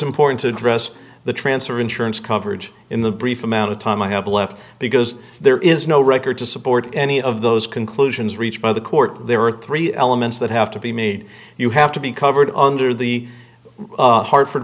important to address the trance or insurance coverage in the brief amount of time i have left because there is no record to support any of those conclusions reached by the court there are three elements that have to be made you have to be covered under the hartford